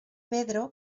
pedro